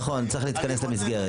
נכון, צריך להתכנס למסגרת.